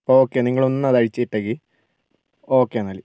okay നിങ്ങളൊന്ന് അത് അയച്ച് വിട്ടേക്ക് ഓക്കെ എന്നാൽ